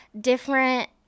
different